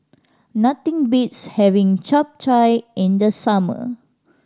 nothing beats having Chap Chai in the summer